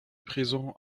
présent